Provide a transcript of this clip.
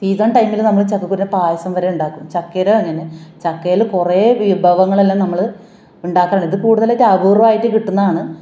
season ടൈമിൽ നമ്മൾ ചക്കക്കുരുവിനെ പായസം വരെ ഉണ്ടാക്കും ചക്കയുടെയും അങ്ങനെ ചക്കയിൽ കുറേ വിഭവങ്ങളെല്ലാം നമ്മൾ ഉണ്ടാക്കണ് ഇത് കൂടുതലും ഇത് അപൂര്വമായിട്ട് കിട്ടുന്നതാണ്